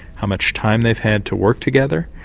how much time they've had to work together.